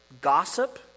gossip